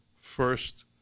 first